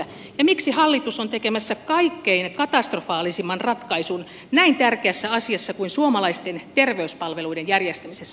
ja miksi hallitus on tekemässä kaikkein katastrofaalisimman ratkaisun näin tärkeässä asiassa kuin suomalaisten terveyspalveluiden järjestämisessä